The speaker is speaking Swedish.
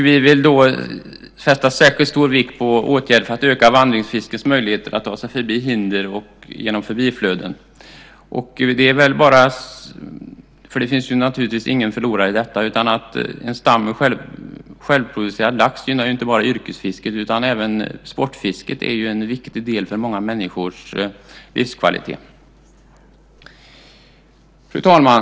Vi vill fästa särskilt stor vikt vid åtgärder för att öka vandringsfiskets möjligheter att ta sig förbi hinder genom förbiflöden. Det finns naturligtvis ingen förlorare i detta. En stam med självproducerad lax gynnar ju inte bara yrkesfisket. Även sportfisket är en viktig del för många människors livskvalitet. Fru talman!